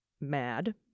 mad